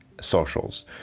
socials